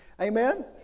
Amen